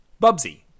Bubsy